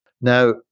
Now